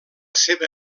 seva